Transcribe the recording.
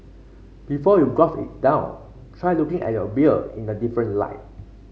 before you quaff it down try looking at your beer in a different light